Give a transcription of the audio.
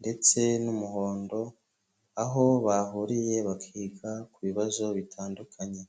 ndetse n'umuhondo, aho bahuriye bakiga ku bibazo bitandukanye.